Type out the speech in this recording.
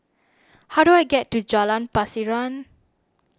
how do I get to Jalan Pasiran